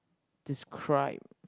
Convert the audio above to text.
describe